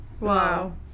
wow